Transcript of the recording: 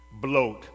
bloat